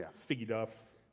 yeah figgy duff.